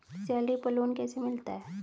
Salary पर loan कैसे मिलता है?